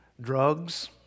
Drugs